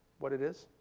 what it is?